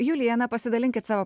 julija na pasidalinkit savo